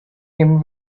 him